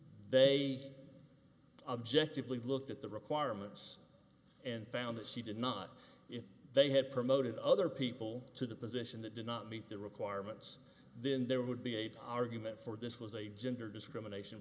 they objectively looked at the requirements and found that she did not if they had promoted other people to the position that did not meet the requirements then there would be eight argument for this was a gender discrimination